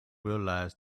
realise